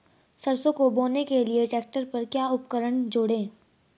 सरसों को बोने के लिये ट्रैक्टर पर क्या उपकरण जोड़ें?